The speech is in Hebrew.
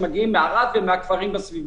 שמגיעים מערד ומהכפרים בסביבה.